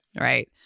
Right